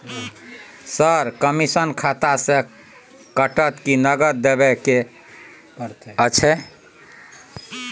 Sir, commission खाता से कटत कि नगद देबै के अएछ?